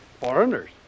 Foreigners